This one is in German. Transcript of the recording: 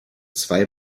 zwei